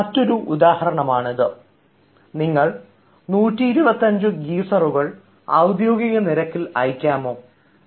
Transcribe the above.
മറ്റൊരു ഉദാഹരണമാണ് 'നിങ്ങൾ 125 ഗീസറുകൾ അദ്യോഗിക നിരക്കിൽ അയയ്ക്കുമോ'